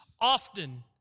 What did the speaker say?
often